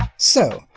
so,